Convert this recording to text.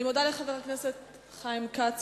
אני מודה לחבר הכנסת חיים כץ.